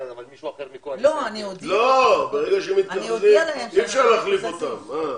להגיש לממשלה כרגע במסגרת מנועי צמיחה,